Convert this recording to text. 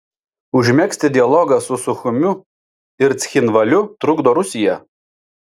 užmegzti dialogą su suchumiu ir cchinvaliu trukdo rusija